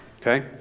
Okay